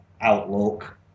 outlook